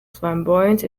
flamboyant